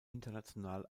international